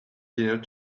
dinner